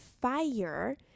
fire